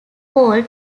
called